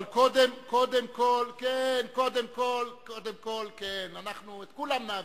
קודם כול, כן, את כולם נעביר.